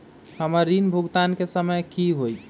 हमर ऋण भुगतान के समय कि होई?